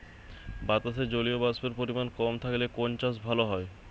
বাতাসে জলীয়বাষ্পের পরিমাণ কম থাকলে কোন চাষ ভালো হয়?